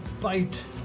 bite